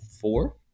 four